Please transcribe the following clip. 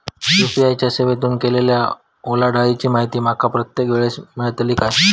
UPI च्या सेवेतून केलेल्या ओलांडाळीची माहिती माका प्रत्येक वेळेस मेलतळी काय?